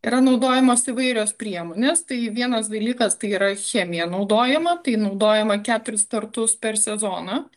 yra naudojamos įvairios priemonės tai vienas dalykas tai yra chemija naudojama tai naudojama keturis kartus per sezoną